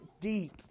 deep